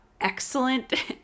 excellent